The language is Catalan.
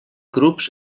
grups